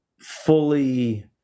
fully